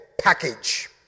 package